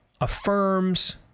affirms